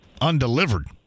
undelivered